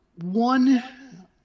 One